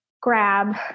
grab